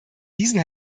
diesen